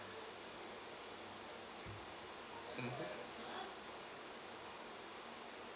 mmhmm